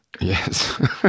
Yes